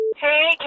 Hey